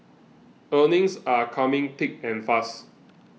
earnings are coming thick and fast